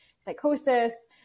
psychosis